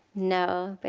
no.